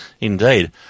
Indeed